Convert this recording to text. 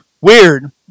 Weird